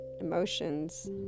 emotions